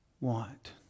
want